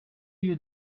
you